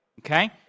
okay